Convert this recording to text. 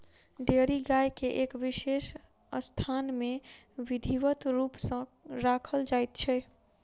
dairy गाय के एक विशेष स्थान मे विधिवत रूप सॅ राखल जाइत छै